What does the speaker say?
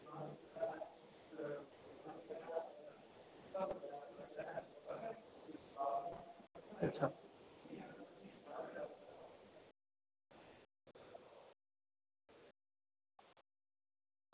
अच्छा